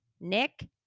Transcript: Nick